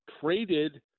traded